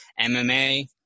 MMA